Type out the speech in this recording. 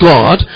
God